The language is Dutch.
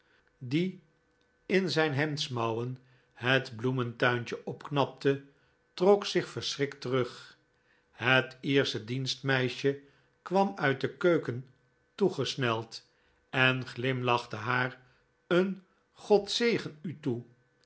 die in zijn hemdsmouwen het bloementuintje opknapte trok zich verschrikt terug het iersche dienstmeisje kwam uit de keuken toegesneld en glimlachte haar een god zegen u toe